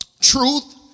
truth